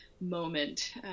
moment